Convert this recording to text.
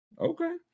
Okay